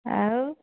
ଆଉ